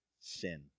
sin